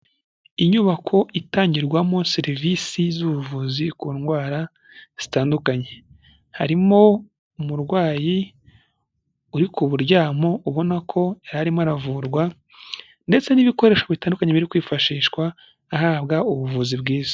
Inyubako itangirwamo serivise z'ubuvuzi ku ndwara zitandukanye. Harimo umurwayi uri ku buryamo ubona ko yari arimo aravurwa, ndetse n'ibikoresho bitandukanye biri kwifashishwa ahabwa ubuvuzi bwiza.